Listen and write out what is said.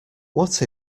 what